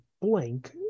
blank